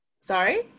Sorry